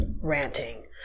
ranting